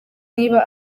niba